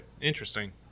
Interesting